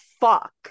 fuck